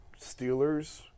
Steelers